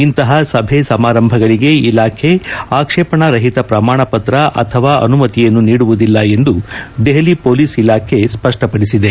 ಇಂತಹ ಸಭೆ ಸಮಾರಂಭಗಳಿಗೆ ಇಲಾಖೆ ಆಕ್ಷೇಪಣಾ ರಹಿತ ಪ್ರಮಾಣ ಪತ್ರ ಅಥವಾ ಅನುಮತಿಯನ್ನು ನೀಡುವುದಿಲ್ಲ ಎಂದು ದೆಹಲಿ ಪೊಲೀಸ್ ಇಲಾಖೆ ಸ್ವಷ್ವಪದಿಸಿದೆ